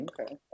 Okay